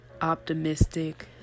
Optimistic